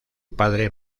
padre